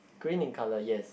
green in colour yes